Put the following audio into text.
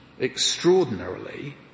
extraordinarily